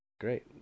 great